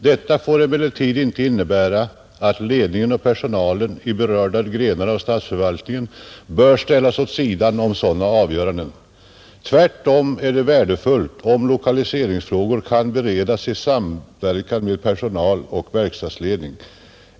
Detta får emellertid inte innebära att ledningen och personalen i berörda grenar av statsförvaltningen bör ställas vid sidan om sådana avgöranden, Tvärtom är det värdefullt om lokaliseringsfrågor kan beredas i samverkan med personalen och verksledningen.